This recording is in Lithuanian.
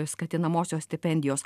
skatinamosios stipendijos